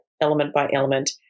element-by-element